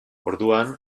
orduan